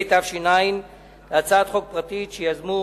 התש"ע, הצעת חוק פרטית שיזמנו